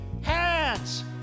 Hands